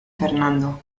fernando